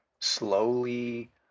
slowly